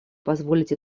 позволить